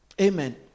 amen